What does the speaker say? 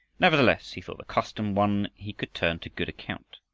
nevertheless he thought the custom one he could turn to good account,